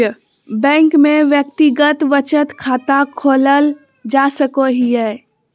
bank में व्यक्तिगत बचत खाता खोलल जा सको हइ